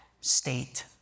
state